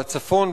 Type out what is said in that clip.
בצפון,